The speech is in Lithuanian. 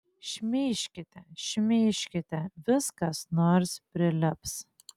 šmeižkite šmeižkite vis kas nors prilips